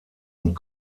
und